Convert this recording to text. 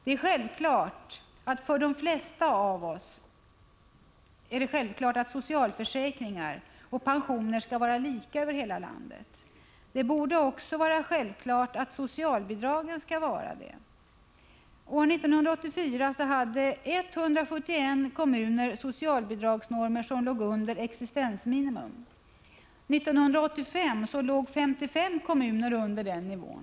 Det är självklart för de flesta av oss att socialförsäkringar och pensioner skall vara lika över hela landet. Det borde också vara självklart att socialbidragen skall vara det. År 1984 hade 171 kommuner socialbidragsnormer som låg under existensminimum. 1985 var det 55 kommuner som hade normer under den nivån.